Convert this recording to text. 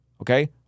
okay